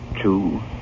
two